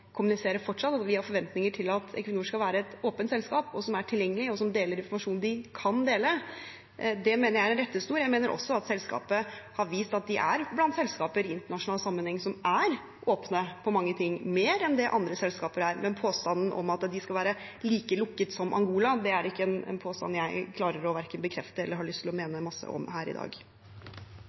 fortsatt – at vi har forventninger til at Equinor skal være et åpent selskap, og som er tilgjengelig, og som deler informasjon de kan dele. Det mener jeg er en rettesnor. Jeg mener også at selskapet har vist at de er blant selskapene i internasjonal sammenheng som er åpne for mange ting, mer enn det andre selskaper er. Men påstanden om at de skal være like lukket som Angola, er en påstand jeg verken klarer å bekrefte eller har lyst til å mene en masse om her i dag.